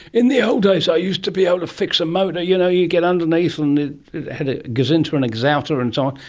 in the old days i used to be able to fix a motor, you know, you'd get underneath and it had a gazinter and a gazouter and so on,